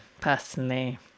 personally